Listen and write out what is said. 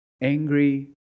angry